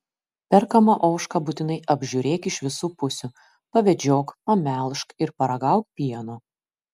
perkamą ožką būtinai apžiūrėk iš visų pusių pavedžiok pamelžk ir paragauk pieno